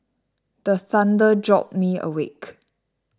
the thunder jolt me awake